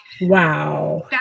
Wow